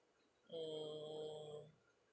mm